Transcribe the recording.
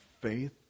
faith